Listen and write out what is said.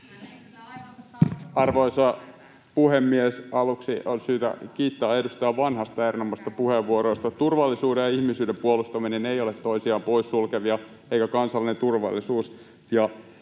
Arvoisa puhemies! Aluksi on syytä kiittää edustaja Vanhasta erinomaisista puheenvuoroista. Turvallisuuden ja ihmisyyden puolustaminen eivät ole toisiaan poissulkevia, eivätkä kansallinen turvallisuus